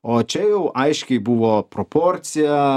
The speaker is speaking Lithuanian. o čia jau aiškiai buvo proporcija